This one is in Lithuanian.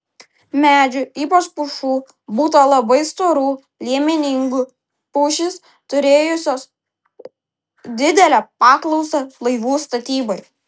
medžių ypač pušų būta labai storų liemeningų pušys turėjusios didelę paklausą laivų statybai